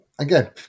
Again